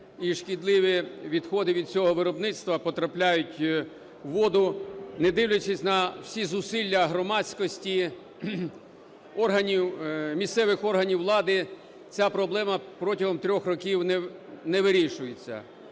шкідливі відходи від цього виробництва потрапляють у воду. Не дивлячись на всі зусилля громадськості, органів, місцевих органів влади, ця проблема протягом 3 років не вирішується.